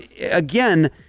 again